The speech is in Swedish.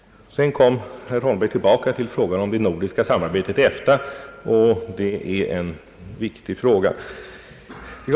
Sedan kom herr Holmberg tillbaka till frågan om det nordiska samarbetet i EFTA; och det är ett viktigt spörsmål.